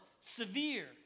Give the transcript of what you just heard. severe